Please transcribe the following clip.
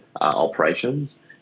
operations